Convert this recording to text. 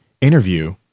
interview